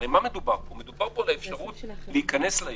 הרי מדובר פה על האפשרות להיכנס לעיר.